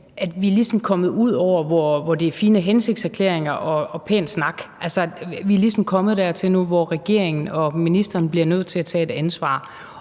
at vi ligesom er kommet ud over de fine hensigtserklæringer og pæn snak. Altså, vi er ligesom kommet dertil nu, hvor regeringen og ministeren bliver nødt til at tage et ansvar